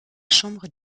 chambre